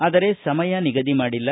ಆದರೆ ಸಮಯ ನಿಗದಿ ಮಾಡಿಲ್ಲ